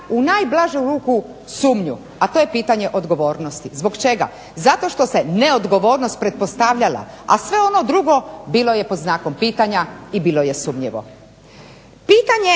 u najblažu ruku sumnju, a to je pitanje odgovornosti. Zbog čega? Zato što se neodgovornost pretpostavljala, a sve ono drugo bilo je pod znakom pitanja i bilo je sumnjivo. Pitanje,